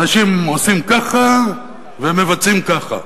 אנשים עושים ככה ומבצעים, ככה.